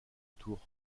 tours